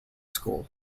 school